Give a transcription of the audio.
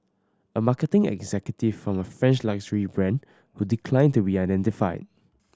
a marketing executive from a French luxury brand who declined to be identified